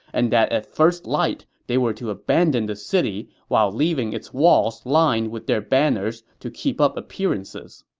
and that at first light, they were to abandon the city while leaving its walls lined with their banners to keep up appearances